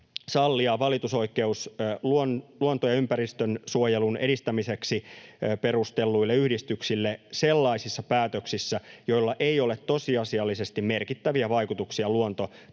sallia valitusoikeutta luonnon- ja ympäristönsuojelun edistämiseksi perustetuille yhdistyksille sellaisissa päätöksissä, joilla ei ole tosiasiallisesti merkittäviä vaikutuksia luonto-